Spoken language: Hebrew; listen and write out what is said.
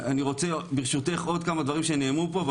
אני רוצה ברשותך עוד כמה דברים שנאמרו פה.